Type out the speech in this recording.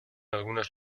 algunas